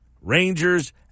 Rangers